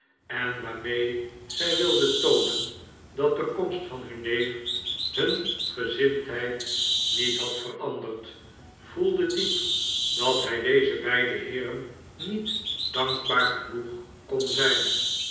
en waarmee zij wilden toonen dat de komst van hun neef hun gezindheid niet had veranderd voelde diep dat hij deze beide heeren niet dankbaar genoeg kon zijn